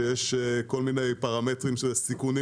ויש כל מיני פרמטרים של סיכונים,